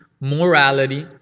morality